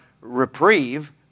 reprieve